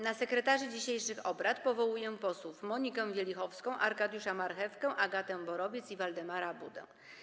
Na sekretarzy dzisiejszych obrad powołuję posłów Monikę Wielichowską, Arkadiusza Marchewkę, Agatę Borowiec i Waldemara Budę.